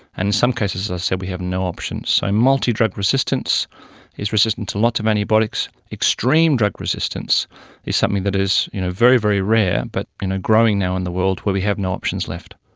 and in some cases, as i said, we have no options. so multidrug resistance is resistance to lots of antibiotics. extreme drug resistance is something that is you know very, very rare but you know growing now in the world where we have no options left.